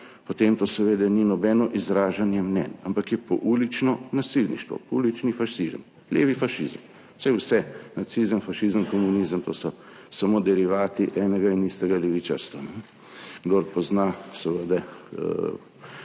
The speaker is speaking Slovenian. potem to seveda ni nobeno izražanje mnenj, ampak je poulično nasilništvo, poulični fašizem, levi fašizem. Saj vse, nacizem, fašizem, komunizem, to so samo derivati enega in istega levičarstva. Kdor pozna osnovo,